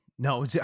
No